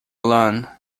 alone